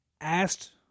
asked